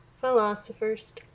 Philosopher's